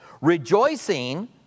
rejoicing